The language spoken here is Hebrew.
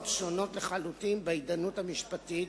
שונות לחלוטין בהתדיינות המשפטית,